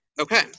Okay